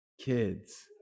kids